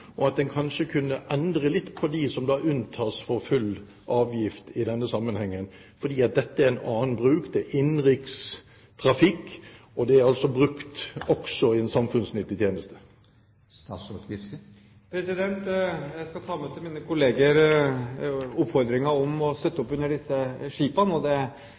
og at en kanskje kunne endre litt på reglene for hvem som unntas fra full avgift i denne sammenhengen. For dette er en annen bruk, det er innenrikstrafikk, og skipene blir brukt i en samfunnsnyttig tjeneste. Jeg skal ta med til mine kolleger oppfordringen om å støtte opp under disse skipene. Det